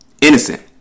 innocent